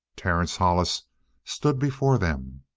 terence hollis stood before them.